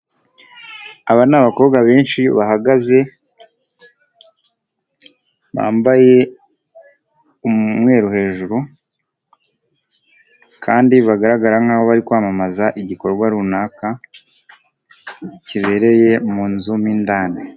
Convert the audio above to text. Aba ni abakobwa benshi bahagaze, bambaye umweru hejuru kandi bagaragara nkaho bari kwamamaza igikorwa runaka kibereye mu nzu mo indani.